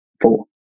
four